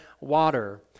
water